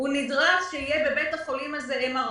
נדרש שבבית החולים הזה יהיה MRI,